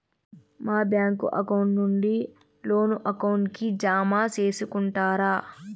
మా bank account నుండి loan account కి జామ సేసుకుంటారా?